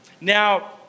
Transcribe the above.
Now